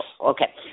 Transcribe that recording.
Okay